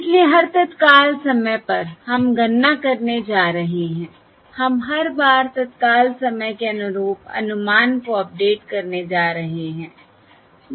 इसलिए हर तत्काल समय पर हम गणना करने जा रहे हैं हम हर बार तत्काल समय के अनुरूप अनुमान को अपडेट करने जा रहे हैं